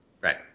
right